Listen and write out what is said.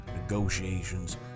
negotiations